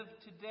today